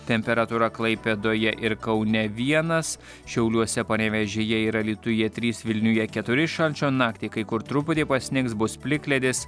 temperatūra klaipėdoje ir kaune vienas šiauliuose panevėžyje ir alytuje trys vilniuje keturi šalčio naktį kai kur truputį pasnigs bus plikledis